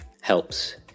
helps